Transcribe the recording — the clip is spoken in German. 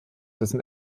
dessen